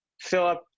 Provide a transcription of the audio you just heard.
Philip